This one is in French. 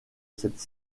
cette